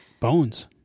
Bones